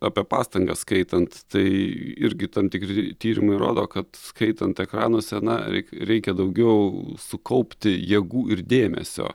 apie pastangas skaitant tai irgi tam tikri tyrimai rodo kad skaitant ekranuose na rei reikia daugiau sukaupti jėgų ir dėmesio